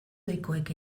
deikoek